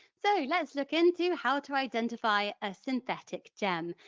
so let's look into how to identify a synthetic gem.